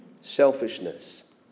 Selfishness